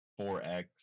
4X